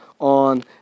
on